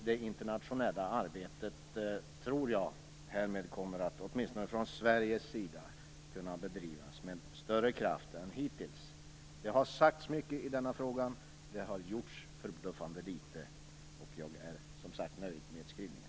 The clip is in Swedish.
Det internationella arbetet tror jag härmed kommer att från åtminstone Sveriges sida kunna bedrivas med större kraft än hittills. Det har sagts mycket i denna fråga, och det har gjorts förbluffande litet. Men jag är som sagt var nöjd med skrivningen.